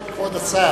כבוד השר,